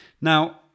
Now